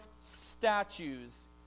statues